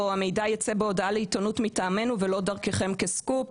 או המידע ייצא להודעה בעיתונות מטעמנו ולא דרככם כסקופ.